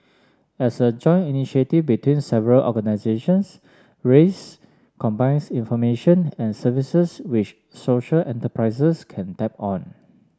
as a joint initiative between several organisations raise combines information and services wish social enterprises can tap on